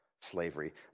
slavery